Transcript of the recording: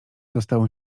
dostało